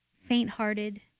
faint-hearted